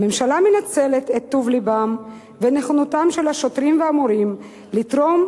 הממשלה מנצלת את טוב לבם ואת נכונותם של השוטרים והמורים לתרום,